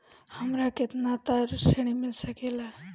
हमरा केतना तक ऋण मिल सके ला?